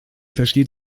versteht